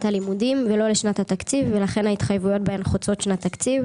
הלימודים ולא לשנת התקציב ולכן ההתחייבויות בהם חוצות שנת תקציב.